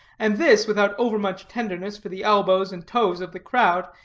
and this without overmuch tenderness for the elbows and toes of the crowd,